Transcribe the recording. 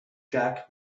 jack